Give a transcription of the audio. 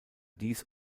dies